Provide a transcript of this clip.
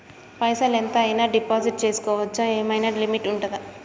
పైసల్ ఎంత అయినా డిపాజిట్ చేస్కోవచ్చా? ఏమైనా లిమిట్ ఉంటదా?